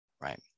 right